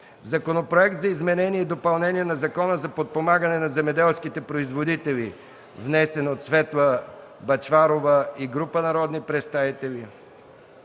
Законопроект за изменение и допълнение на Закона за подпомагане на земеделските производители, внесен от Светла Бъчварова и група народни представители;